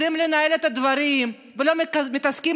יודעים לנהל את הדברים ולא מתעסקים